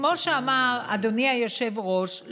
כמו שאמר אדוני היושב-ראש,